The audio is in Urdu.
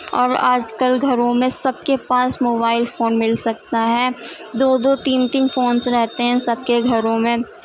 اور آج کل گھروں میں سب کے پاس موبائل فون مل سکتا ہے دو دو تین تین فونس رہتے ہیں سب کے گھروں میں